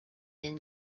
den